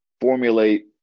formulate